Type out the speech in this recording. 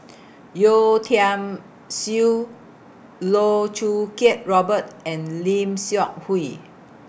Yeo Tiam Siew Loh Choo Kiat Robert and Lim Seok Hui